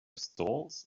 stalls